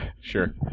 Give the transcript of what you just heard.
Sure